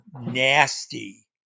nasty